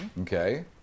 Okay